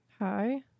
hi